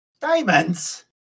Diamonds